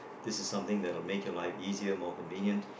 this is something that would make your life easier more convenient